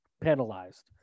penalized